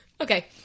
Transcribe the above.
Okay